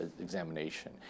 examination